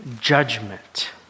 judgment